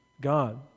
God